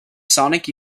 sonic